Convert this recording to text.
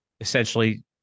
essentially